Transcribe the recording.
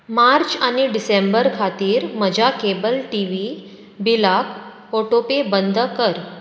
मार्च आनी डिसेंबर खातीर म्हज्या केबल टी व्ही बिलाक ऑटो पे बंद कर